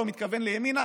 הוא מתכוון לימינה.